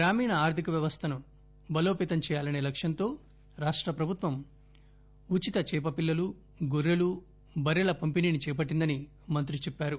గ్రామీణ ఆర్దికవ్యవస్థను బలోపేతం చేయాలసే లక్ష్యం రాష్ట ప్రభుత్వ్యం ఉచిత చేపపిల్లలు గొర్రెలు బర్రెల పంపిణీని చేపట్టిందని అన్నారు